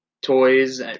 toys